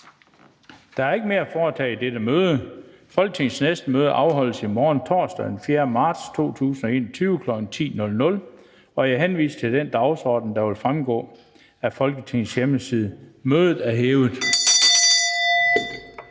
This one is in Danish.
Der er ikke mere at foretage i dette møde. Folketingets næste møde afholdes i morgen, torsdag den 4. marts 2021, kl. 10.00. Jeg henviser til den dagsorden, der vil fremgå af Folketingets hjemmeside. Mødet er hævet.